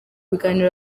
biganiro